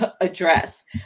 address